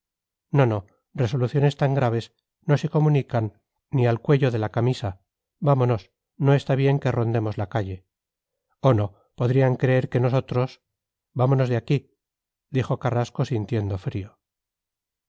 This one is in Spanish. no resoluciones tan graves no se comunican ni al cuello de la camisa vámonos no está bien que rondemos la calle oh no podrían creer que nosotros vámonos de aquí dijo carrasco sintiendo frío